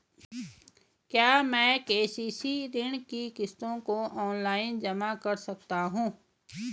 क्या मैं के.सी.सी ऋण की किश्तों को ऑनलाइन जमा कर सकता हूँ?